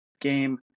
game